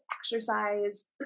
exercise